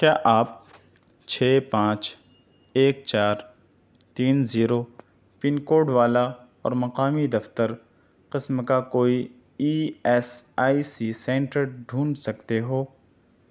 کیا آپ چھ پانچ ایک چار تین زیرو پن کوڈ والا اور مقامی دفتر قسم کا کوئی E S I C centre ڈھونڈ سکتے ہو